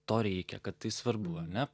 to reikia kad tai svarbu ane